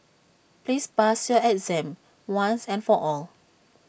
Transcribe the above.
please pass your exam once and for all